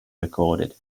recorded